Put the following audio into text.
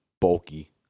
bulky